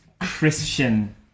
Christian